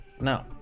Now